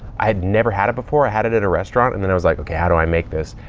i had never had it before i had it at a restaurant. and then i was like, okay, how do i make this?